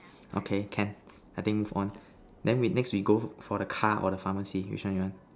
okay can I think move on then we next we go for the car or the pharmacy which one you want